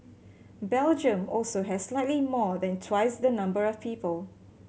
Belgium also has slightly more than twice the number of people